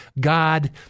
God